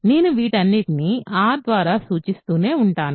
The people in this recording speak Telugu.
నేను వీటన్నింటిని R ద్వారా సూచిస్తూనే ఉంటాను